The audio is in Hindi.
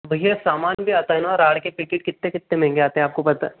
भैया अब सामान भी आता है ना राड के पैकिट कितने कितने महंगे आते हैं आपको पता